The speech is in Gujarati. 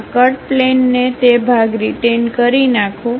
આ કટ પ્લેન છે તે ભાગ રીટેઈન કરી રાખો